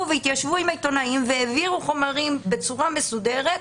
והתיישבו עם העיתונאים והעבירו חומרים בצורה מסודרת.